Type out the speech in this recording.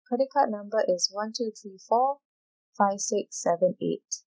credit card number is one two three four five six seven eight